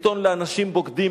עיתון לאנשים בוגדים,